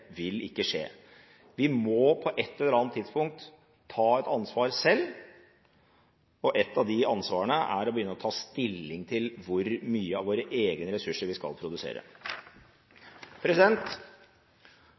vil skje. Vi må på et eller annet tidspunkt ta et ansvar selv. Ett av de ansvarene er å begynne å ta stilling til hvor mye av våre egne ressurser vi skal produsere.